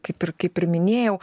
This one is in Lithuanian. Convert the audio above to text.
kaip ir kaip ir minėjau